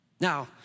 Now